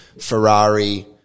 Ferrari